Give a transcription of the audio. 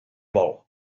vol